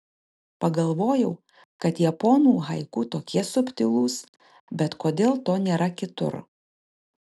pagalvojau kad japonų haiku tokie subtilūs bet kodėl to nėra kitur